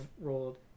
rolled